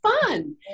fun